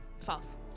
false